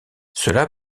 cela